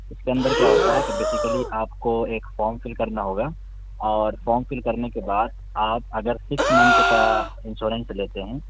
اس کے اندر کیا ہوتا ہے کہ بیسیکلی آپ کو ایک فارم فل کرنا ہوگا اور فارم فل کرنے کے بعد آپ اگر سکس منتھ کا انشورنس لیتے ہیں